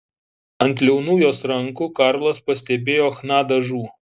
ant liaunų jos rankų karlas pastebėjo chna dažų